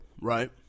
Right